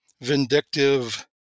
vindictive